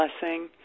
blessing